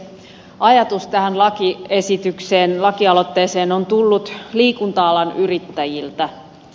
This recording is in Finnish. ajatus tähän lakialoitteeseen on tullut liikunta alan yrittäjiltä